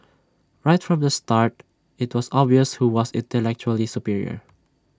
right from the start IT was obvious who was intellectually superior